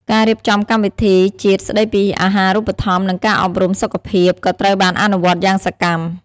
ការរៀបចំកម្មវិធីជាតិស្តីពីអាហារូបត្ថម្ភនិងការអប់រំសុខភាពក៏ត្រូវបានអនុវត្តយ៉ាងសកម្ម។